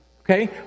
Okay